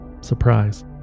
Surprise